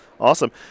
Awesome